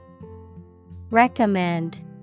Recommend